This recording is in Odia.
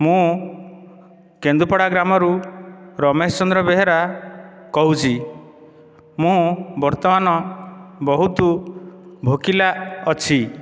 ମୁଁ କେନ୍ଦୁପଡ଼ା ଗ୍ରାମରୁ ରମେଶ ଚନ୍ଦ୍ର ବେହେରା କହୁଛି ମୁଁ ବର୍ତ୍ତମାନ ବହୁତ ଭୋକିଲା ଅଛି